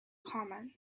common